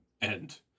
and-